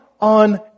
on